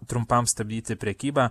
trumpam stabdyti prekybą